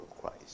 Christ